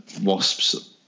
wasps